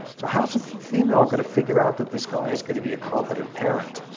so how's a female going to figure out that this guy is going to be a competent parent?